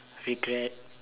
regret